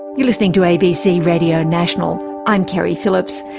you're listening to abc radio national. i'm keri phillips.